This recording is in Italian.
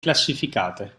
classificate